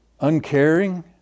uncaring